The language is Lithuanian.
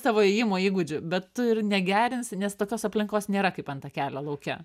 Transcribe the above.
savo ėjimo įgūdžių bet tu ir negerinsi nes tokios aplinkos nėra kaip ant takelio lauke